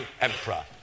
emperor